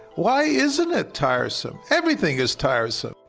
why isn't it tiresome? everything is tiresome!